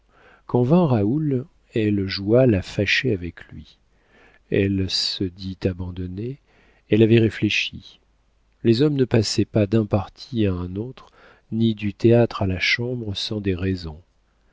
quand vint raoul elle joua la fâchée avec lui elle se dit abandonnée elle avait réfléchi les hommes ne passaient pas d'un parti à un autre ni du théâtre à la chambre sans des raisons